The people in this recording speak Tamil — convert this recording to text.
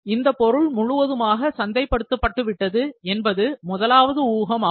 இந்த பொருள் முழுவதுமாக சந்தைப்படுத்த பட்டுவிட்டது என்பது முதலாவது ஊகம் ஆகும்